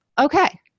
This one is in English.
okay